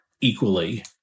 equally